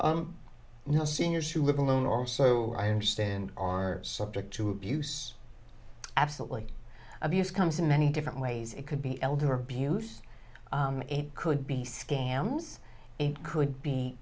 know seniors who live alone or so i understand are subject to abuse absolutely abuse comes in many different ways it could be elder abuse it could be scams it could be